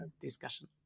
discussion